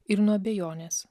ir nuo abejonės